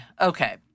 Okay